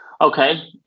okay